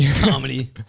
comedy